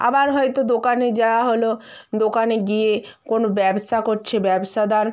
আবার হয়তো দোকানে যাওয়া হলো দোকানে গিয়ে কোনো ব্যবসা করছে ব্যবসাদার